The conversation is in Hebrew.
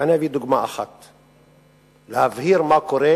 ואני אביא דוגמה אחת כדי להבהיר מה קורה,